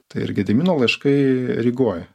tai ir gedimino laiškai rygoj